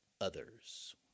others